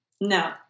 No